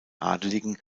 adligen